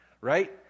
right